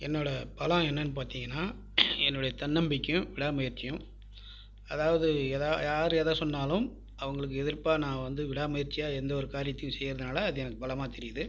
என்னோடய பலம் என்னனு பார்த்தீங்கனா என்னுடைய தன்னம்பிக்கையும் விடா முயற்சியும் அதாவது யார் எதை சொன்னாலும் அவங்களுக்கு எதிர்ப்பாக நாங்கள் விடா முயற்சியாக எந்த ஒரு காரியத்தையும் செய்கிறதுனால அது எனக்கு பலமாக தெரியுது